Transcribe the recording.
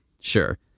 Sure